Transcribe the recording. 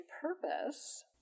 purpose